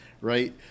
right